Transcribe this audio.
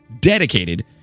dedicated